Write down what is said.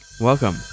Welcome